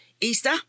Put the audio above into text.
Easter